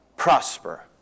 Prosper